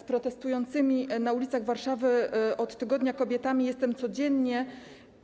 Z protestującymi na ulicach Warszawy od tygodnia kobietami jestem codziennie